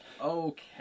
Okay